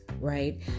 right